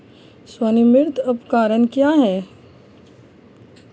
स्वनिर्मित उपकरण क्या है?